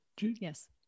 yes